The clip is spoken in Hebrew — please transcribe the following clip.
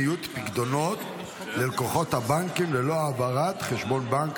ניוד פיקדונות ללקוחות הבנקים ללא העברת חשבון בנק),